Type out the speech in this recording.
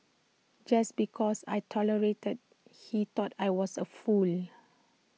just because I tolerated he thought I was A fool